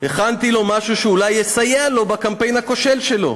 הכנתי לו משהו שאולי יסייע לו בקמפיין הכושל שלו,